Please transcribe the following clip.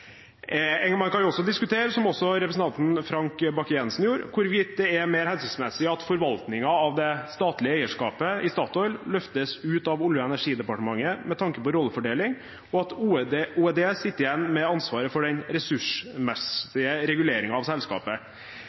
Man kan også diskutere, slik representanten Frank Bakke-Jensen gjorde, hvorvidt det er mer hensiktsmessig at forvaltningen av det statlige eierskapet i Statoil løftes ut av Olje- og energidepartementet, med tanke på rollefordeling, og at Olje- og energidepartementet sitter igjen med ansvaret for den ressursmessige reguleringen av selskapet.